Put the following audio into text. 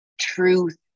truth